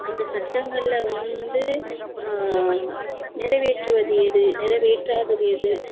அந்த சட்டங்களில் வந்து நிறைவேற்றுவது எது நிறைவேற்றாதது எது